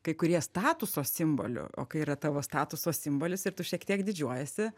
kai kurie statuso simboliu o kai yra tavo statuso simbolis ir tu šiek tiek didžiuojiesi